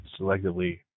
selectively